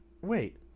wait